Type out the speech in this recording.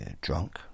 Drunk